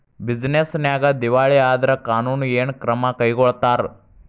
Business ನ್ಯಾಗ ದಿವಾಳಿ ಆದ್ರ ಕಾನೂನು ಏನ ಕ್ರಮಾ ಕೈಗೊಳ್ತಾರ?